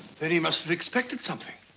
then he must have expected something.